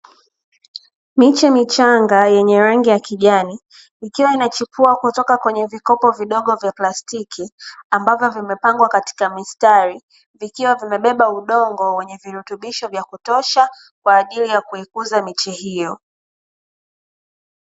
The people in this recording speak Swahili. Miche michanga yenye rangi ya kijani, ikiwa inachipua kutoka kwenye vikopo vidogo vya plastiki, ambavyo vimepangwa katika mistari, vikiwa vimebeba udongo wenye virutubisho vya kutosha, kwa ajili ya kuikuza miche hiyo.